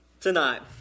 tonight